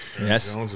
Yes